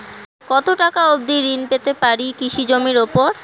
কত টাকা অবধি ঋণ পেতে পারি কৃষি জমির উপর?